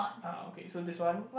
ah okay so this one